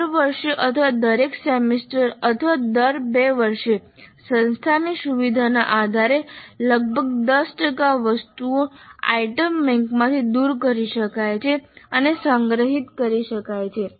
દર વર્ષે અથવા દરેક સેમેસ્ટર અથવા દર 2 વર્ષે સંસ્થાની સુવિધાના આધારે લગભગ 10 ટકા વસ્તુઓ આઇટમ બેંકમાંથી દૂર કરી શકાય છે અને સંગ્રહિત કરી શકાય છે